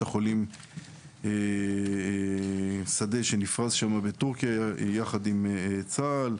חולים שדה שנפרס בטורקיה יחד עם צה"ל.